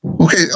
Okay